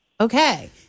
okay